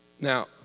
Now